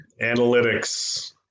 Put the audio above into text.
Analytics